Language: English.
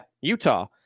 Utah